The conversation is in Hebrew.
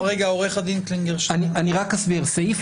אני אסביר, סעיף